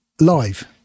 live